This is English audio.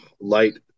light